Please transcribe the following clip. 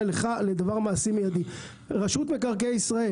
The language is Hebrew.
עבורך לדבר מעשי ומיידי רשות מקרקעי ישראל